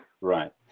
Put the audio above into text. Right